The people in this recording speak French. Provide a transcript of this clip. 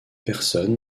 personne